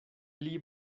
pli